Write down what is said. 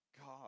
God